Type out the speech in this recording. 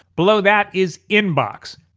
below that is inbox.